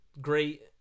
great